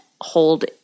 hold